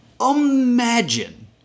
Imagine